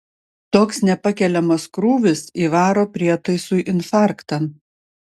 toks nepakeliamas krūvis įvaro prietaisui infarktą